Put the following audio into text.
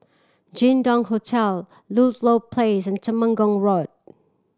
Jin Dong Hotel Ludlow Place and Temenggong Road